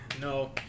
no